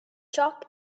chalk